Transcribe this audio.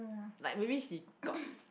like maybe she got